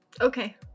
okay